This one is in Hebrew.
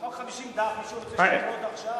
חוק של 50 דף, מישהו רוצה שנקרא אותו עכשיו?